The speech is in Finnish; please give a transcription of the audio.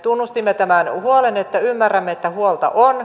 tunnustimme tämän huolen ymmärrämme että huolta on